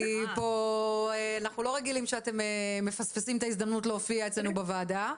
כי פה אנחנו לא רגילים שאתם מפספסים את ההזדמנות להופיע אצלינו בוועדה.